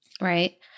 Right